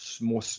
more